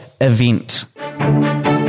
event